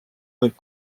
võib